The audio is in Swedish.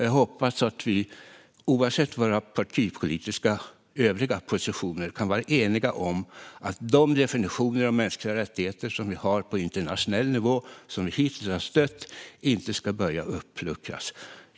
Jag hoppas att vi, oavsett våra övriga partipolitiska positioner, kan vara eniga om att de definitioner av mänskliga rättigheter som vi har på internationell nivå och som vi hittills har stött inte ska börja uppluckras.